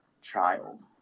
child